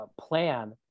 plan